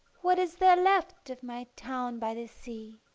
what is there left of my town by the sea?